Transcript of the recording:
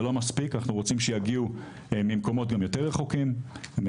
אנחנו רוצים שיגיעו גם ממקומות יותר רחוקים,